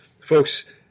folks